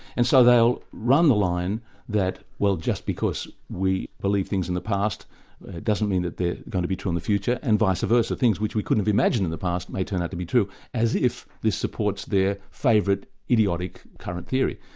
and so they'll run the line that, well, just because we believe things in the past, it doesn't mean that they're going to be true in the future, and vice versa, things which we couldn't have imagined in the past may turn out to be true, as if this supports their favourite idiotic current theory.